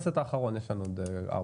אין הסעיפים נתקבלו.